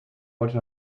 wollte